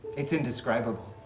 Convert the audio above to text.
it's indescribable.